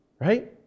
Right